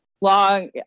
Long